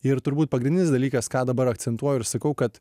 ir turbūt pagrindinis dalykas ką dabar akcentuoju ir sakau kad